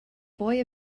boy